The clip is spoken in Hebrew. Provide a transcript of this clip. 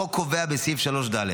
החוק קובע בסעיף 3(ד)